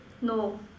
no